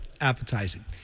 appetizing